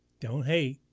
don't hate,